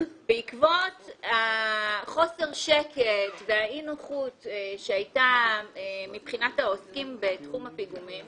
בעקבות חוסר השקט והאי-נוחות שהייתה מבחינת העוסקים בתחום הפיגומים